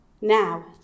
now